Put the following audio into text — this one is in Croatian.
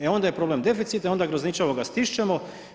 E onda je problem deficit a onda grozničavo ga stišćemo.